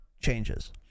changes